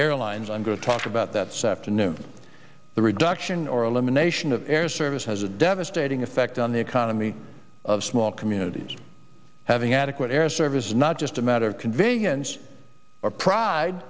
airlines i'm going to talk about that septa new the reduction or elimination of air service has a devastating effect on the economy of small communities having adequate air services not just a matter of convenience or pride